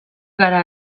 gara